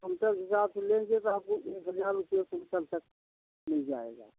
quintal के हिसाब से लेंगे तो आपको एक हज़ार रूपये कुंटल तक मिल जाएगा